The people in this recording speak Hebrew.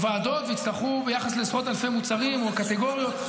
נקים ועדה או ועדות ויצטרכו ביחס לעשרות אלפי מוצרים או קטגוריות.